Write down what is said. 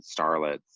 starlets